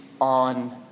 on